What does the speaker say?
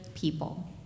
people